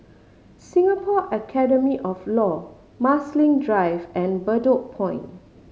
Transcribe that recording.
Singapore Academy of Law Marsiling Drive and Bedok Point